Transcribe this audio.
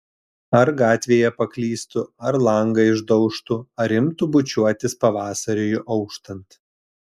ar gatvėje paklystų ar langą išdaužtų ar imtų bučiuotis pavasariui auštant